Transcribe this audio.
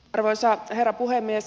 arvoisa herra puhemies